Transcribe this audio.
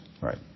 Right